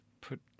put